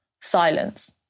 silence